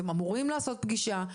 אתם אמורים לערוך פגישה.